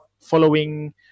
following